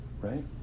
right